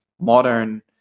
modern